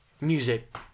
music